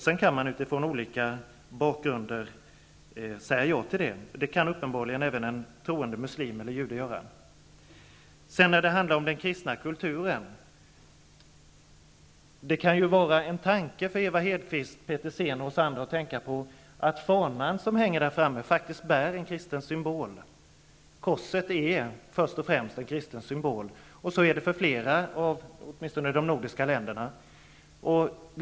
Sedan kan man utifrån olika bakgrund säga ja till detta, och det kan uppenbarligen även en troende muslim eller jude göra. När det sedan gäller den kristna kulturen, kan det vara något för Ewa Hedkvist Petersen och oss andra att tänka på, att den fana som hänger här framme vid podiet faktiskt bär en kristen symbol. Korset är först och främst en kristen symbol. Så är det i flera länder, och åtminstone i de nordiska länderna.